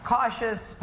Cautious